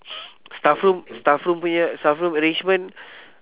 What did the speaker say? staff room staff room punya staff room arrangement